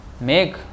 make